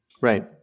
Right